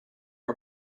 are